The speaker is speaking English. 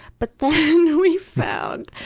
but then, we found,